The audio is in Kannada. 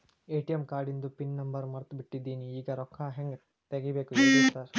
ಎ.ಟಿ.ಎಂ ಕಾರ್ಡಿಂದು ಪಿನ್ ನಂಬರ್ ಮರ್ತ್ ಬಿಟ್ಟಿದೇನಿ ಈಗ ರೊಕ್ಕಾ ಹೆಂಗ್ ತೆಗೆಬೇಕು ಹೇಳ್ರಿ ಸಾರ್